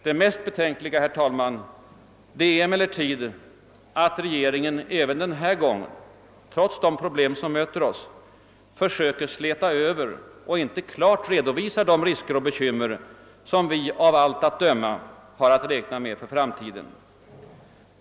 Det mest betänkliga, herr talman, är emellertid att regeringen även denna gång — trots de problem som möter oss — försöker släta över och inte klart redovisar de risker och bekymmer som vi av allt att döma har att räkna med för framtiden.